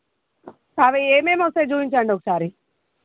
అవి ఏమేమి వస్తాయో చూపించండి ఒకసారి